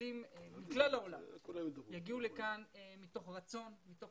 שהעולים מכלל העולם יגיעו לכאן מתוך רצון ומתוך